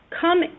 come